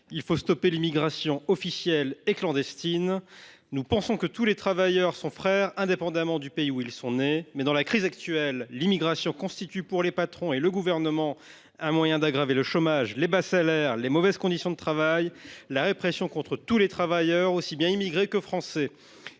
Il faut stopper l’immigration officielle et clandestine. Nous pensons que tous les travailleurs sont frères, indépendamment du pays où ils sont nés. Néanmoins, dans la crise actuelle, l’immigration constitue, pour les patrons et le Gouvernement, un moyen d’aggraver le chômage, les bas salaires, les mauvaises conditions de travail, la répression contre tous les travailleurs, aussi bien immigrés que français.